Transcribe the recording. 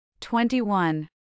Twenty-one